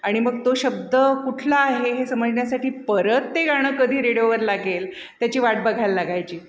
आणि मग तो शब्द कुठला आहे हे समजण्यासाठी परत ते गाणं कधी रेडिओवर लागेल त्याची वाट बघायला लागायची